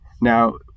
Now